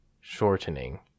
shortening